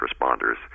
responders